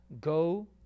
go